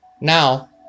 Now